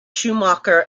schumacher